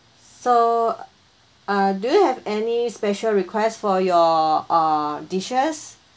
so uh do have any special request for your err dishes